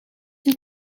het